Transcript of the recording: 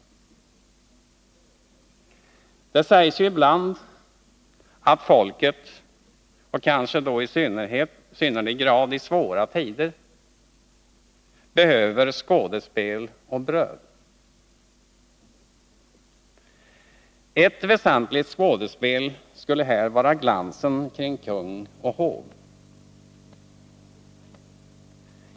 Det 18 november 1981 sägs ju ibland att folket, kanske i synnerlig grad under svåra tider, behöver skådespel och bröd. Ett väsentligt skådespel skulle här vara glansen kring kung och hov.